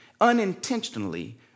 unintentionally